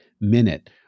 Minute